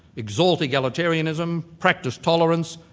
exalt egalitarianism, practice tolerance,